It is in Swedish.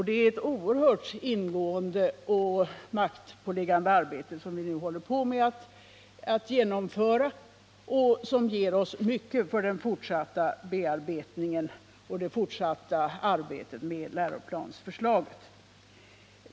Det är ett oerhört ingående och maktpåliggande arbete som vi nu håller på att genomföra och som ger oss mycket för den fortsatta bearbetningen av läroplansförslaget.